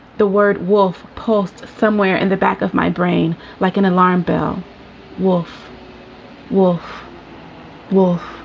the word wolf post somewhere in the back of my brain like an alarm bell wolf wolf will